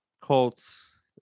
colts